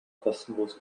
kostenlos